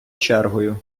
чергою